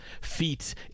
feats